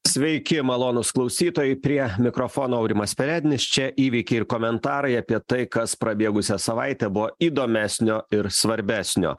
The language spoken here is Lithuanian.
sveiki malonūs klausytojai prie mikrofono aurimas perednis čia įvykiai ir komentarai apie tai kas prabėgusią savaitę buvo įdomesnio ir svarbesnio